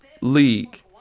league